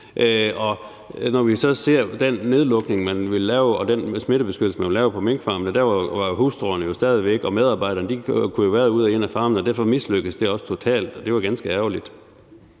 Når vi så ser på den nedlukning og den smittebeskyttelse, man lavede på minkfarmene, så kunne hustruerne og medarbejderne jo stadig væk vade ind og ud af farmene, og derfor mislykkedes det også totalt, og det var ganske ærgerligt.